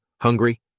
Hungry